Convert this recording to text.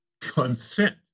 consent